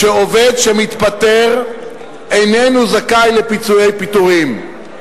שעובד שמתפטר איננו זכאי לפיצויי פיטורים.